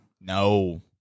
No